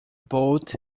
bolt